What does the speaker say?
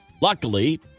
Luckily